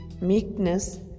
meekness